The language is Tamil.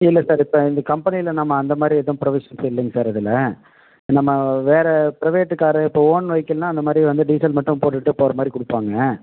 இல்லை சார் இப்போ இந்த கம்பெனியில் நம்ம அந்த மாதிரி எதுவும் ப்ரொவிஷன்ஸு இல்லைங்க சார் இதில் நம்ம வேறு பிரைவேட்டு காரு இப்போது ஓன் வெஹிக்கிள்னால் அந்த மாதிரி வந்து டீசல் மட்டும் போட்டுவிட்டு போகிற மாதிரி கொடுப்பாங்க